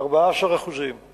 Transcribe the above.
14%;